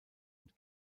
und